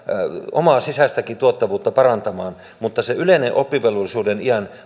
omaa sisäistäkin tuottavuutta parantamaan mutta sitä yleistä oppivelvollisuuden iän